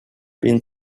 been